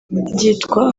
byitwa